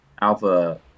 alpha